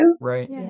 Right